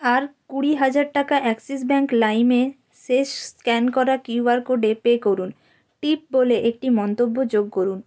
আর কুড়ি হাজার টাকা অ্যাক্সিস ব্যাংক লাইমে শেষ স্ক্যান করা কিউ আর কোডে পে করুন টিপ বলে একটি মন্তব্য যোগ করুন